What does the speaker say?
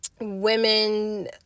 women